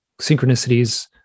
synchronicities